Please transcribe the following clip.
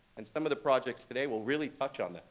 and some of the projects today will really touch on that.